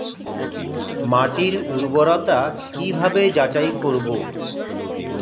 মাটির উর্বরতা কি ভাবে যাচাই করব?